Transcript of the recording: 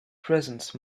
presence